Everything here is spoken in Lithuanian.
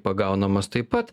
pagaunamas taip pat